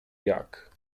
jak